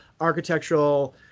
architectural